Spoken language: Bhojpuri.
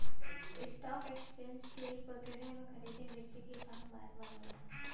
स्टॉक एकेसचेंज के ई प्रक्रिया में खरीदे बेचे क काम बार बार होला